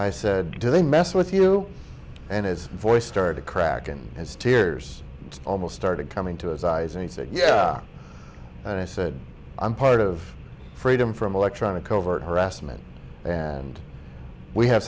i said do they mess with you and his voice started to crack and his tears almost started coming to his eyes and he said yeah and i said i'm part of freedom from electronic covert harassment and we have